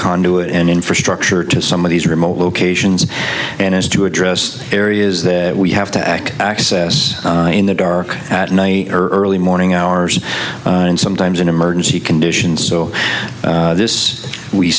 conduit and infrastructure to some of these remote locations and is to address areas that we have to act access in the dark at night or early morning hours and sometimes in emergency conditions so this we